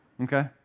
Okay